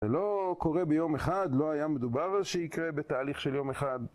זה לא קורה ביום אחד, לא היה מדובר שיקרה בתהליך של יום אחד